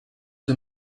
the